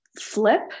flip